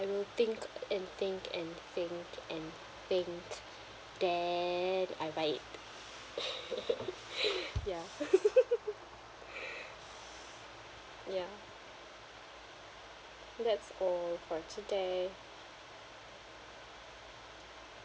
I will think and think and think and think then I buy it ya ya that's all for today